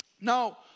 Now